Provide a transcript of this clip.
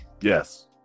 Yes